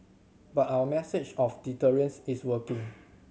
but our message of deterrence is working